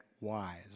wise